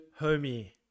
homie